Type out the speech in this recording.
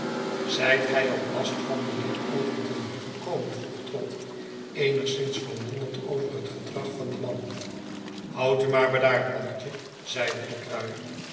zijt gij op last van mijnheer overton hier gekomen vroeg trott eenigszins verwonderd over het gedrag van den man houd u maar bedaard mannetje zeide de kruier